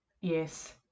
Yes